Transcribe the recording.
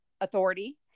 authority